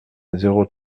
zéro